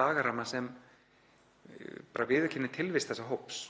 lagaramma sem viðurkenni tilvist þessa hóps,